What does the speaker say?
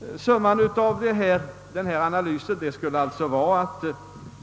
Resultatet av denna analys skulle alltså vara att